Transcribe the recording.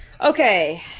Okay